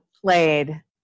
played